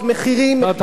מחירי רצפה.